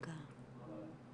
שוב, בייחוד במסגרות של חסות,